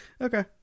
Okay